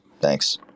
Thanks